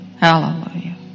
Hallelujah